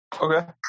okay